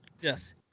Yes